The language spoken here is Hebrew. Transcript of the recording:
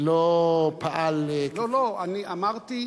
לא פעל כפי, לא, לא, אני אמרתי.